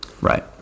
Right